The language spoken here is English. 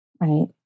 right